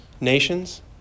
Nations